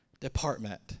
department